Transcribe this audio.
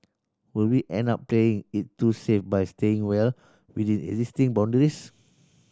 will we end up playing it too safe by staying well within existing boundaries